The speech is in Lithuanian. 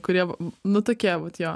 kurie nu tokie vat jo